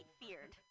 feared